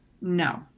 no